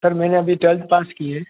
sir मैंने अभी मैंने ट्वेल्थ पास की है